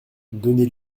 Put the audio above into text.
donnez